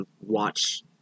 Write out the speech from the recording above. watch